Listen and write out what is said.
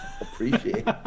appreciate